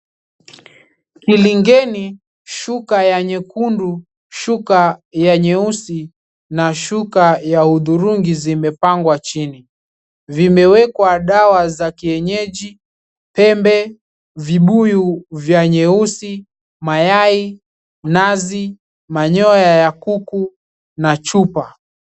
Lingeni, shuka ya nyekundu, shuka nyekundu na shuka ya nyeusi na shuka ya hudhurungi, zimepangwa chini. Vimewekwa dawa za kienyeji, pembe, vibuyu vya nyeusi, mayai, nazi, manyoya ya kuku, na chupa.